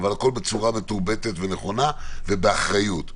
אבל הכול בצורה מתורבתת ונכונה ובאחריות.